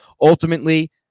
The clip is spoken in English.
ultimately